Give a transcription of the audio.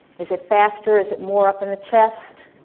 is it faster, is it more up in the chest?